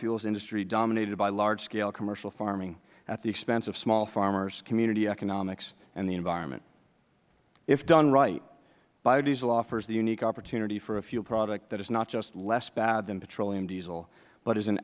biofuels industry dominated by large scale commercial farming at the expense of small farmers community economics and the environment if done right biodiesel offers the unique opportunity for a field product that is not just less bad than petroleum diesel but is an